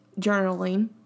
journaling